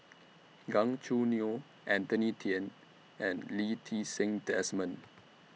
Gan Choo Neo Anthony Then and Lee Ti Seng Desmond